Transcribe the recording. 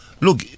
look